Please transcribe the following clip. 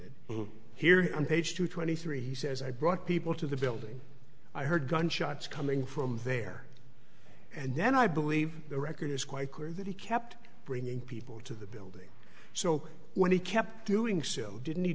it here on page two twenty three he says i brought people to the building i heard gunshots coming from there and then i believe the record is quite clear that he kept bringing people into the building so when he kept doing so didn't he